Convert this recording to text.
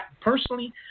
personally